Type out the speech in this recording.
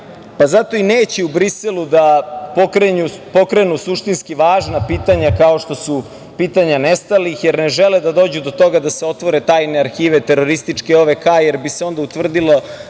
pa zato i neće u Briselu da pokrenu suštinski važna pitanja, kao što su pitanja nestalih, jer ne žele da se dođe do toga da se otvore tajne arhive terorističke OVK, jer bi se onda utvrdilo